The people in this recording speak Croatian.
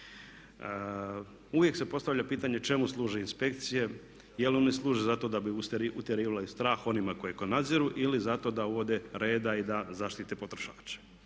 Uvijek se postavlja pitanje čemu služe inspekcije? Jel' one služe zato da bi utjerivale strah onima koje nadziru ili zato da uvode reda i da zaštite potrošače?